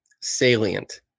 salient